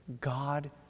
God